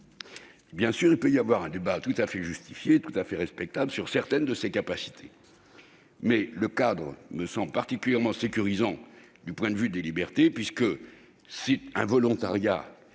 Bien sûr, il peut y avoir un débat, tout à fait justifié et respectable, sur certaines de ces capacités, mais le cadre me semble particulièrement sécurisant du point de vue des libertés, puisque cette évolution